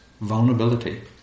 vulnerability